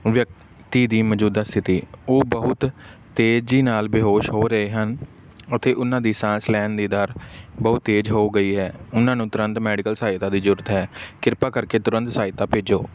ਵਿਅਕਤੀ ਦੀ ਮੌਜੂਦਾ ਸਥਿਤੀ ਉਹ ਬਹੁਤ ਤੇਜ਼ੀ ਨਾਲ ਬੇਹੋਸ਼ ਹੋ ਰਹੇ ਹਨ ਉੱਥੇ ਉਹਨਾਂ ਦੀ ਸਾਂਸ ਲੈਣ ਦੀ ਦਰ ਬਹੁ ਤੇਜ਼ ਹੋ ਗਈ ਹੈ ਉਹਨਾਂ ਨੂੰ ਤੁਰੰਤ ਮੈਡੀਕਲ ਸਹਾਇਤਾ ਦੀ ਜ਼ਰੁਰਤ ਹੈ ਕਿਰਪਾ ਕਰਕੇ ਤੁਰੰਤ ਸਹਾਇਤਾ ਭੇਜੋ